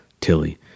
Tilly